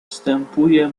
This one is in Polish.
wstępuje